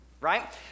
right